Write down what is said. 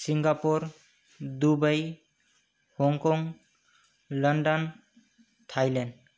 Singapore Dubai Hong Kong London Thailand